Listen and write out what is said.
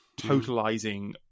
totalizing